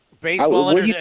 Baseball